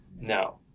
No